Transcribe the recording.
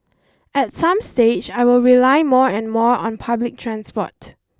at some stage I will rely more and more on public transport